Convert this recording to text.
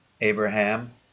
Abraham